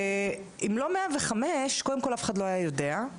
אם לא 105, אף אחד לא היה יודע.